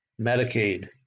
Medicaid